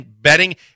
betting